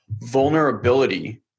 vulnerability